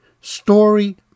Story